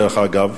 דרך אגב,